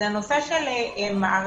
וזה הנושא של מערך